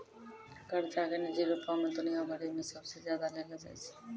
कर्जा के निजी रूपो से दुनिया भरि मे सबसे ज्यादा लेलो जाय छै